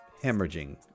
hemorrhaging